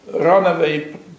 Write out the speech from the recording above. runaway